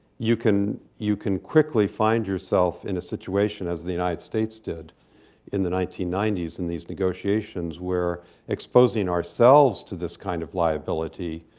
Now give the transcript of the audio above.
you can you can quickly find yourself in a situation, as the united states did in the nineteen ninety s, in these negotiations, where exposing ourselves to this kind of liability,